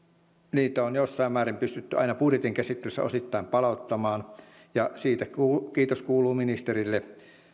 niitä on on jossain määrin pystytty aina budjetin käsittelyssä osittain palauttamaan ja siitä kiitos kuuluu ministerille